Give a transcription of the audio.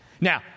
Now